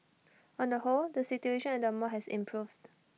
on the whole the situation at the mall has improved